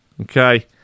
Okay